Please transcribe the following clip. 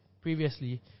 previously